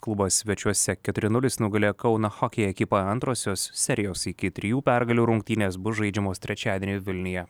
klubas svečiuose keturi nulis nugalėjo kauno choki ekipą antrosios serijos iki trijų pergalių rungtynės bus žaidžiamos trečiadienį vilniuje